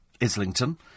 Islington